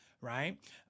right